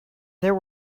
there